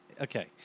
Okay